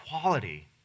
quality